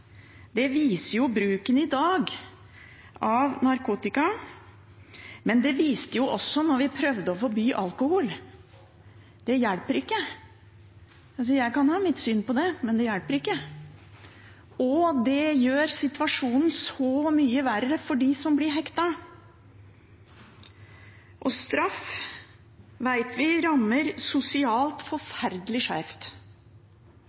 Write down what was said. Det viser jo bruken av narkotika i dag, men det viste seg også da vi prøvde å forby alkohol, at det hjelper ikke. Jeg kan ha mitt syn på det, men det hjelper ikke. Og det gjør situasjonen så mye verre for dem som blir hektet. Straff vet vi rammer sosialt